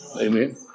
Amen